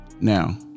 Now